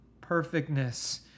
perfectness